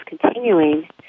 continuing